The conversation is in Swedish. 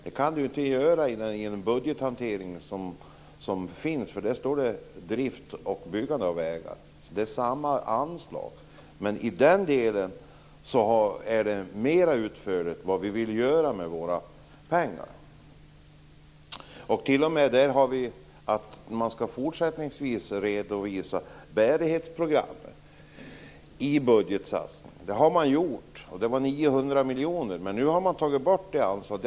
Det kan man inte göra i den budgethantering som finns eftersom det står drift och byggande av vägar där. Det är alltså samma anslag, men i den delen är vi mera utförliga om vad vi vill göra med våra pengar. Vi har t.o.m. föreslagit att man fortsättningsvis skall redovisa bärighetsprogrammet i budgetsatsningen. Det har man gjort förut, och det var 900 miljoner, men nu har man tagit bort det anslaget.